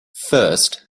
first